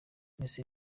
messi